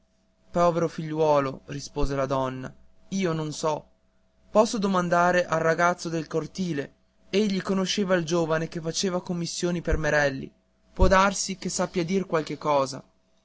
povero figliuolo rispose la donna io non so posso domandare al ragazzo del cortile egli conosceva il giovane che faceva commissioni per merelli può darsi che sappia dir qualche cosa